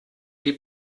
die